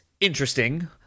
interesting